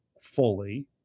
fully